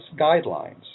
guidelines